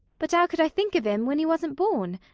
but how could i think of him when he wasn't born?